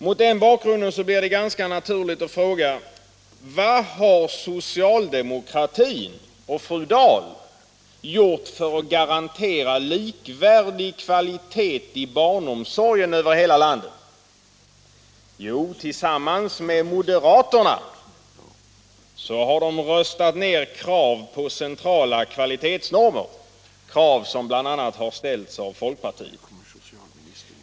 Mot den bakgrunden blir det ganska naturligt att fråga: Vad har socialdemokratin och fru Dahl gjort för att garantera likvärdig kvalitet i barnomsorgen över hela landet? Jo, tillsammans med moderaterna har de röstat ned krav på centrala kvalitetsnormer, krav som bl.a. har ställts av folkpartiet.